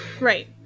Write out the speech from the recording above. right